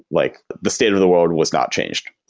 like the state of the world was not changed.